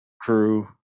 crew